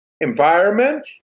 environment